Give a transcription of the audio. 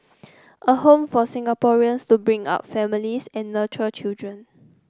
a home for Singaporeans to bring up families and nurture children